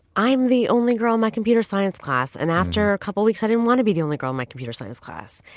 i'm the only girl my computer science class. and after a couple of weeks, i didn't want to be the only girl my computer science class.